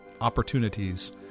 opportunities